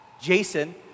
Jason